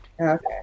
Okay